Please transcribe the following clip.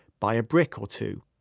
buy a brick or two.